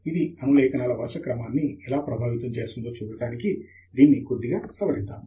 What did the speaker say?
ఇది అనులేఖనాల వరుస క్రమాన్ని ఎలా ప్రభావితం చేస్తుందో చూడటానికి దీన్ని కొద్దిగా సవరిద్దాము